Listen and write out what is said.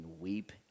weep